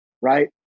right